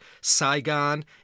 Saigon